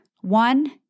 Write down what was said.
One